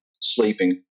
sleeping